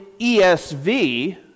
ESV